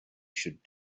should